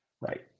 right